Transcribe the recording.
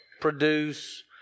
produce